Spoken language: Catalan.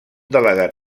delegat